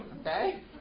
okay